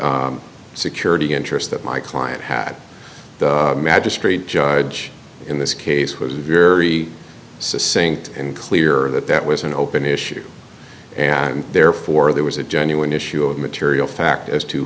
security interest that my client had the magistrate judge in this case was very saying in clear that that was an open issue and therefore there was a genuine issue of material fact as to